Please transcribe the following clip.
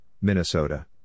Minnesota